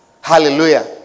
Hallelujah